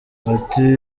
ati